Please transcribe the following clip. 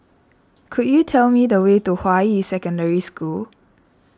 could you tell me the way to Hua Yi Secondary School